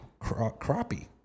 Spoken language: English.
Crappie